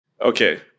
Okay